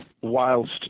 whilst